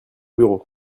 bureau